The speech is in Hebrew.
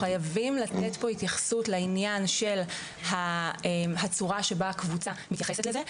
חייבים לתת פה התייחסות לעניין של הצורה שבה קבוצה מתייחסת לזה.